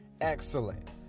excellent